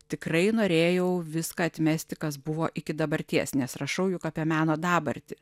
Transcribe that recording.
tikrai norėjau viską atmesti kas buvo iki dabarties nes rašau juk apie meno dabartį